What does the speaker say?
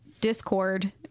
discord